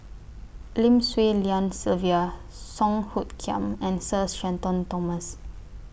Lim Swee Lian Sylvia Song Hoot Kiam and Sir Shenton Thomas